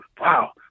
wow